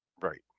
Right